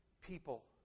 people